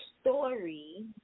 story